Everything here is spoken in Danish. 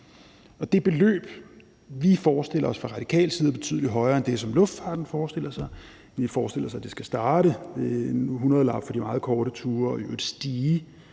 Det beløb, vi forestiller os fra Radikales side, er betydelig højere end det, som luftfarten forestiller sig. Vi forestiller os, det skal starte ved en hundredelap for de meget korte ture og i øvrigt stige,